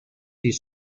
his